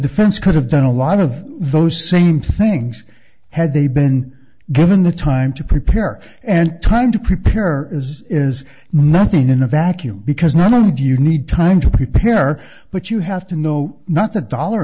defense could have done a lot of those same things had they been given the time to prepare and time to prepare as is nothing in a vacuum because not only do you need time to prepare but you have to know not the dollar